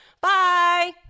Bye